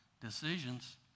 decisions